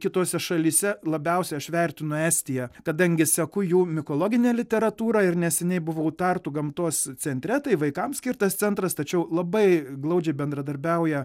kitose šalyse labiausiai aš vertinu estiją kadangi seku jų mikologinę literatūrą ir neseniai buvau tartu gamtos centre tai vaikam skirtas centras tačiau labai glaudžiai bendradarbiauja